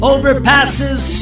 Overpasses